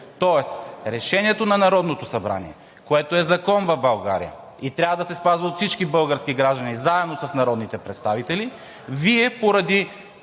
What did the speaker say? Тоест решението на Народното събрание, което е закон в България и трябва да се спазва от всички български граждани, заедно с народните представители, а Вие поради